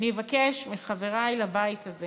אבקש מחברי לבית הזה